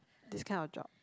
this kind of job